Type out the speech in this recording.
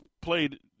played